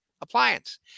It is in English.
appliance